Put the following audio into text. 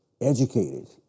educated